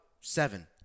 seven